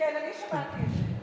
כן, אני שמעתי את זה.